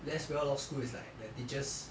less well off schools is like the teachers